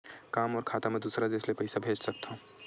का मोर खाता म दूसरा देश ले पईसा भेज सकथव?